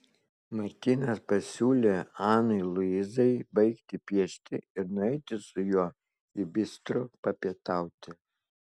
martynas pasiūlė anai luizai baigti piešti ir nueiti su juo į bistro papietauti